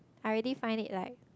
I already find it like